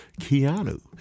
Keanu